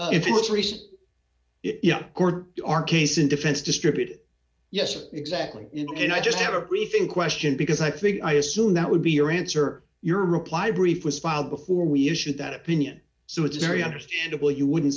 traced our case in defense distributed yes exactly and i just never briefing question because i think i assume that would be your answer your reply brief was filed before we issued that opinion so it's very understandable you would